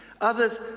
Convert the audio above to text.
Others